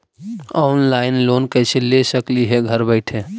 Online loan कैसे ले सकली हे घर बैठे?